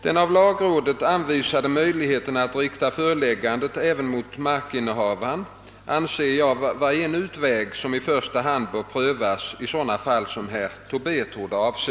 Den av lagrådet anvisade möjligheten att rikta föreläggande även mot markinnehavaren anser jag vara en utväg som i första hand bör prövas i sådana fall som herr Tobé torde avse.